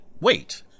wait